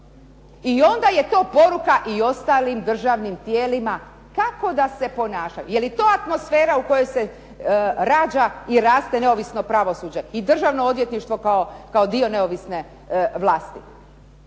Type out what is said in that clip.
I onda je to poruka i ostalim državnim tijelima kako da se ponašaju. Je li to atmosfera u kojoj se rađa i raste neovisno pravosuđe i Državno odvjetništvo kao dio neovisne vlasti.